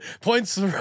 points